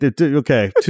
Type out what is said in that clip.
Okay